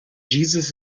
jesus